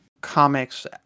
comics